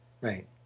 Right